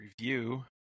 review